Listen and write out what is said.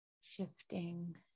shifting